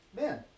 man